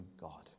God